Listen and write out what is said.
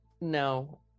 no